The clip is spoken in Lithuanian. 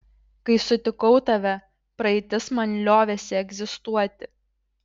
kai sutikau tave praeitis man liovėsi egzistuoti